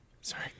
Sorry